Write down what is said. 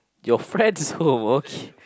your friend's home okay